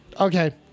Okay